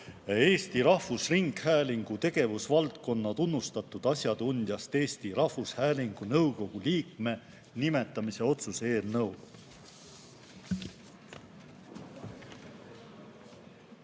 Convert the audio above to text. Eesti Rahvusringhäälingu tegevusvaldkonna tunnustatud asjatundjast Eesti Rahvusringhäälingu nõukogu liikme nimetamise otsuse eelnõu. Aga